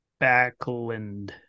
Backlund